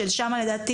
ששם לדעתי